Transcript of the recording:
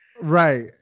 right